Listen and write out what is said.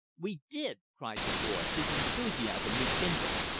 we did! cried the boy, his enthusiasm rekindling,